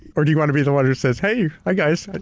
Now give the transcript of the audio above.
or do you want to be the one who says, hey, hi guys,